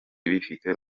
bifite